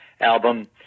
album